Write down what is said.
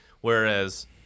Whereas